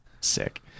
Sick